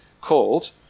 called